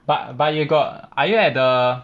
but but you got are you at the